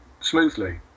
smoothly